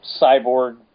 cyborg